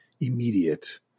immediate